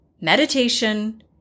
meditation